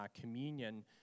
communion